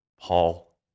Paul